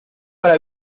para